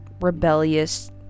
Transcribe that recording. rebellious